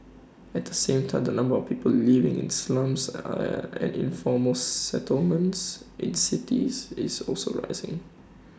at the same time the number of people living in slums and informal settlements in cities is also rising